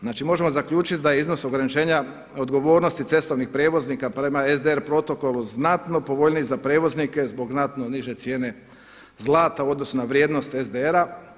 Znači, možemo zaključiti da je iznos ograničenja odgovornosti cestovnih prijevoznika prema SDR protokolu znatno povoljniji za prijevoznike zbog znatno niže cijene zlata u odnosu na vrijednost SDR-a.